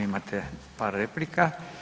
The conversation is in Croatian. Imate par replika.